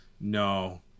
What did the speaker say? No